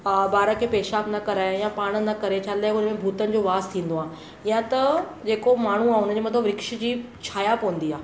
ॿार खे पेशाबु न कराए या पाण न करे छा लाइ हुन में भूतनि जो वासि थींदो आहे या त जेको माण्हू आहे हुन जे मथां वृक्ष जी छाया पवंदी आहे